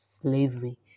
slavery